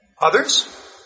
Others